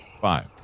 Five